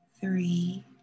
three